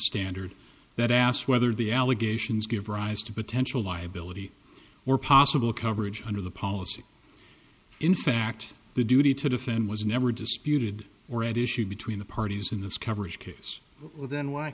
standard that asked whether the allegations give rise to potential liability or possible coverage under the policy in fact the duty to defend was never disputed already issue between the parties in this coverage case then why